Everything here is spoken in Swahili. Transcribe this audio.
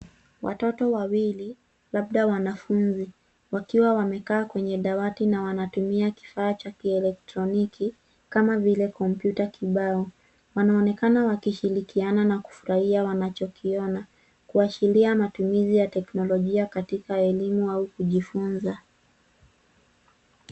Watoto wawili labda wanafunzi wakiwa wamekaa kwenye dawati na wanatumia kifaa cha kielektroniki kama vile kompyuta kibao. Wanaonekana wakishirikiana na kufurahia wanachokiona kuashiria matumizi ya teknolojia katika elimu au kujifunza.